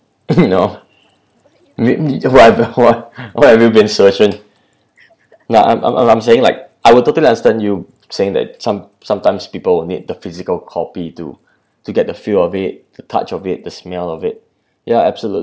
no when did you wha~ wha~ what have you been searching no I'm I'm I'm I'm saying like I will totally understand you saying that some~ sometimes people need the physical copy to to get the feel of it the touch of it the smell of it ya absolutely